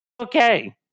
okay